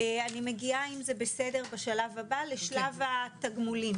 אני מגיעה לשלב התגמולים.